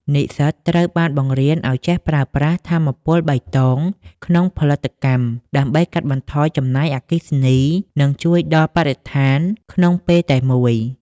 និស្សិតត្រូវបានបង្រៀនឱ្យចេះប្រើប្រាស់ "ថាមពលបៃតង" ក្នុងផលិតកម្ម ដើម្បីកាត់បន្ថយចំណាយអគ្គិសនី និងជួយដល់បរិស្ថានក្នុងពេលតែមួយ។